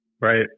Right